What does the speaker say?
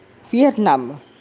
Vietnam